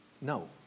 No